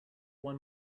one